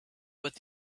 with